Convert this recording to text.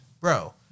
Bro